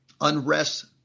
unrest